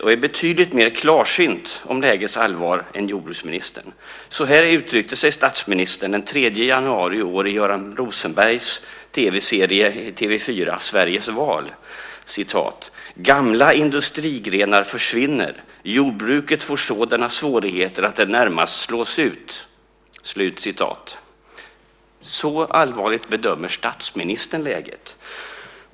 Han är betydligt mer klarsynt om lägets allvar än jordbruksministern. Så här uttryckte sig statsministern den 3 januari i år i Göran Rosenbergs tv-serie Sveriges val i TV 4: Gamla industrigrenar försvinner. Jordbruket får sådana svårigheter att det närmast slås ut. Så allvarligt bedömer statsministern läget.